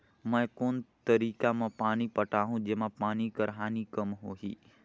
मैं कोन तरीका म पानी पटाहूं जेमा पानी कर हानि कम होही?